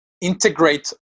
integrate